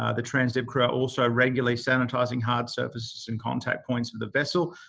ah the transdev crew are also regularly sanitising hard surfaces and contact points of the vessel,